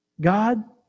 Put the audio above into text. God